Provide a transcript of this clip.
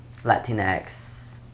Latinx